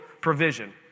provision